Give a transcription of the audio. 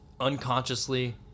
unconsciously